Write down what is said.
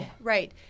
Right